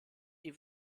die